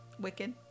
wicked